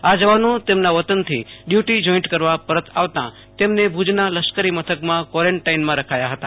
આ જવાનો તેમના વતનથી ડયુટી જોઈન્ટ કરવા પરત આવતાં તેમને ભુજના લશ્કરી મથકમાં કોરેન્ટાઈનમા રખાયા હતા